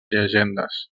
llegendes